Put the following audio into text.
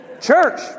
Church